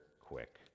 quick